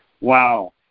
Wow